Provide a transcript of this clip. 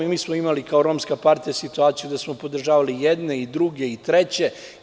Mi smo imali kao romska partija situaciju da smo podržavali i jedne, i druge i treće.